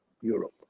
Europe